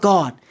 God